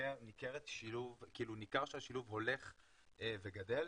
וניכר שהשילוב הולך וגדל,